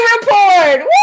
report